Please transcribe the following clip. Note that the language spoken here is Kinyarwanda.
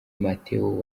mateo